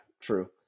true